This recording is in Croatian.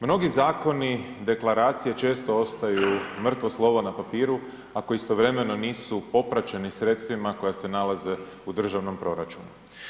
Mnogi zakoni, deklaracije, često ostaju mrtvo slovo na papiru ako istovremeno nisu popraćeni sredstvima koja se nalaze u državnom proračunu.